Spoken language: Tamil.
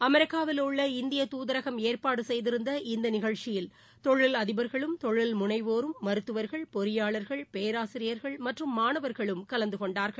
அமெிக்காவிலுள்ள இந்திய துதரகம் ஏற்பாடுசெய்திருந்த இந்தநிகழ்ச்சியில் தொழில் அதிபர்களும் தொழில் முனைவோரும் மருத்துவர்கள் பொறியாளர்கள் பேராசியர்கள் மற்றும் மாணவர்களும் கலந்துகொண்டார்கள்